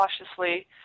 cautiously